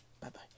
bye-bye